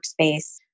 workspace